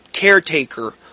caretaker